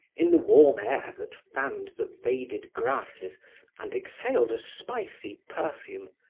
in the warm air that fanned the faded grasses and exhaled a spicy perfume,